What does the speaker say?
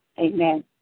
amen